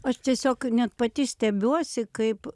aš tiesiog net pati stebiuosi kaip